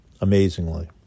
amazingly